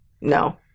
No